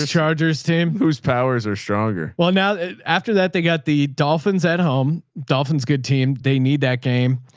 ah charger's team whose powers are stronger? well, now after that, they got the dolphins at home dolphins, good team. they need that game.